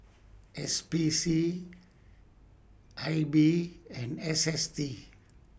S P C I B and S S T